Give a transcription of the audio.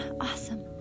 awesome